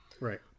right